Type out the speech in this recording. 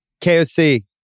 KOC